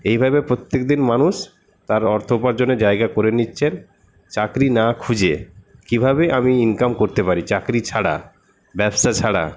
এইভাবে প্রত্যেকদিন মানুষ তার অর্থ উপার্জনের জায়গা করে নিচ্ছেন চাকরি না খুঁজে কীভাবে আমি ইনকাম করতে পারি চাকরি ছাড়া ব্যবসা ছাড়া